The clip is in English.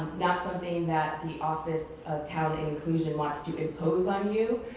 not something that the office of talent and inclusion wants to impose on you,